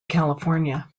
california